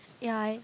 ya